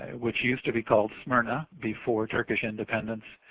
which used to be called smyrna, before turkish independence.